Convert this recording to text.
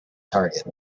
target